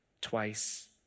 twice